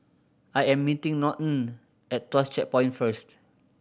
I am meeting Norton at Tuas Checkpoint first